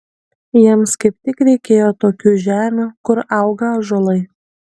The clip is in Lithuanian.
jiems kaip tik reikėjo tokių žemių kur auga ąžuolai